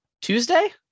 Tuesday